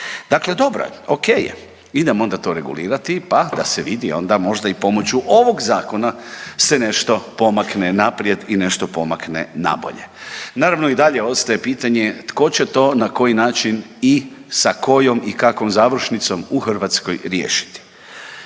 Dakle dobro je, o.k. je, idemo onda to regulirati pa da se vidi onda možda i pomoću ovog zakona se nešto pomakne naprijed i nešto pomakne na bolje. Naravno i dalje ostaje pitanje tko će to na koji način i sa kojom i kakvom završnicom u Hrvatskoj riješiti.